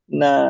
na